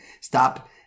Stop